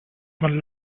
man